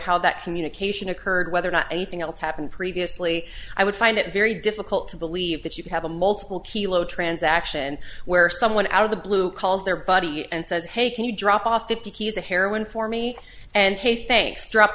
how that communication occurred whether or not anything else happened previously i would find it very difficult to believe that you have a multiple kilos transaction where someone out of the blue calls their buddy and says hey can you drop off fifty kilos the heroin for me and hey thanks drop